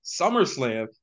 SummerSlam